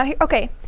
Okay